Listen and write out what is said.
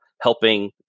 helping